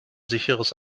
sicheres